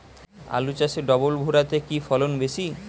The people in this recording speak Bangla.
আলু চাষে ডবল ভুরা তে কি ফলন বেশি?